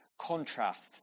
contrast